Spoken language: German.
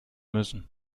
müssen